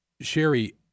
Sherry